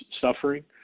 suffering